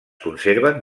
conserven